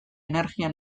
energia